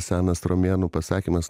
senas romėnų pasakymas